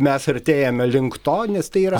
mes artėjame link to nes tai yra